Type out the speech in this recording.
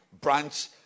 branch